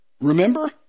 Remember